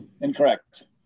incorrect